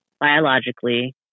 biologically